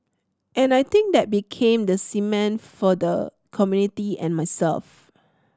and I think that became the cement for the community and myself